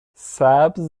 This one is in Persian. سبز